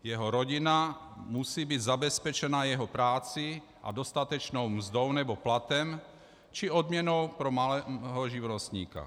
Jeho rodina musí být zabezpečena jeho prací a dostatečnou mzdou nebo platem či odměnou pro malého živnostníka.